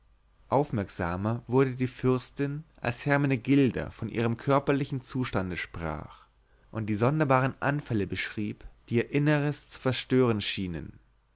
aufmerksamer wurde die fürstin als hermenegilda von ihrem körperlichen zustande sprach und die sonderbaren anfälle beschrieb die ihr inneres zu verstören schienen